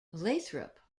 lathrop